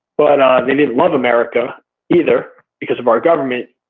but um they didn't love america either because of our government,